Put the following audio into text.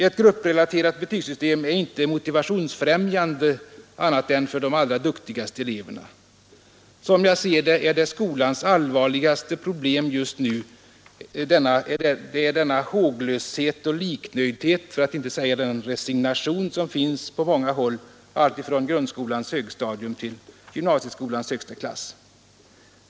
Ett grupprelaterat betygssystem är inte motivationsbefrämjande annat än för de allra duktigaste eleverna. Som jag ser det är skolans allvarligaste problem just nu den håglöshet och liknöjdhet — för att inte säga resignation — som finns på många håll alltifrån grundskolans högstadium till gymnasieskolans högsta klass.